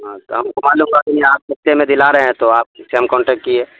ہاں تو ہم گھم ل گا آپ پچے میں دلا رہ ہیں توپ اس سے ہم کانٹیکٹ کیے